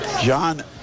John